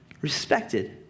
respected